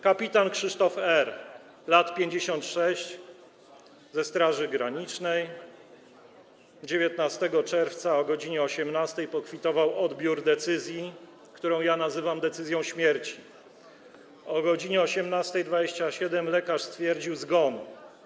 Kpt. Krzysztof R., lat 56, ze Straży Granicznej, 19 czerwca o godz. 18 pokwitował odbiór decyzji, którą ja nazywam decyzją śmierci, o godz. 18.27 lekarz stwierdził zgon.